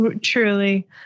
Truly